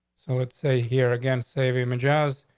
so let's say here again, saving um and jazz,